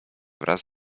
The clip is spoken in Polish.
wraz